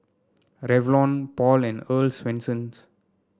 Revlon Paul and Earl's Swensens